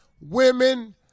women